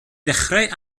ddechrau